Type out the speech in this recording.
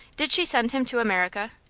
did she send him to america?